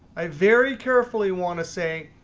i very carefully want to say,